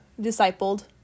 discipled